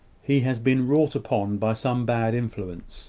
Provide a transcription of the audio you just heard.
he has been wrought upon by some bad influence